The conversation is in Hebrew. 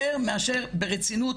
יותר מאשר ברצינות